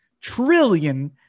trillion